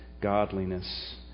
godliness